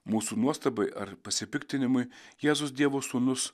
mūsų nuostabai ar pasipiktinimui jėzus dievo sūnus